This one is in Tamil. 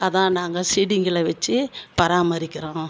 அதுதான் நாங்கள் செடிங்களை வச்சு பராமரிக்கிறோம்